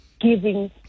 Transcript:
giving